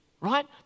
right